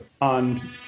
on